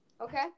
Okay